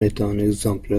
exemple